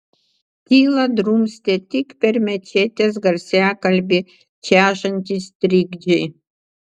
tylą drumstė tik per mečetės garsiakalbį čežantys trikdžiai